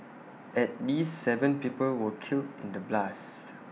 at least Seven people were killed in the blasts